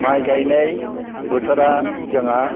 माइ गायनाय बोथोरा जोंहा